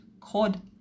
cod